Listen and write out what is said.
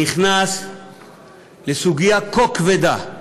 נכנס לסוגיה כה כבדה,